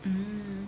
mm